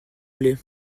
plait